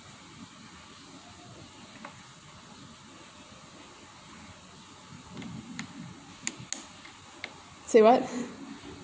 say what